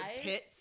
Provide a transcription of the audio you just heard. pits